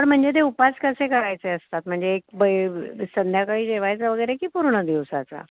तर म्हणजे ते उपास कसे करायचे असतात म्हणजे एक ब संध्याकाळी जेवायचं वगैरे की पूर्ण दिवसाचा